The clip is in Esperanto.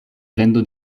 vendo